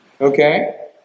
Okay